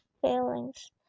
feelings